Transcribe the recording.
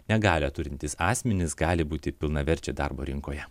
negalią turintys asmenys gali būti pilnaverčiai darbo rinkoje